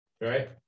right